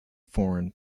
foreign